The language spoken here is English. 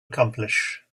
accomplish